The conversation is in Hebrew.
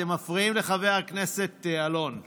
אתם מפריעים לחבר הכנסת אלון טל.